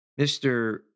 Mr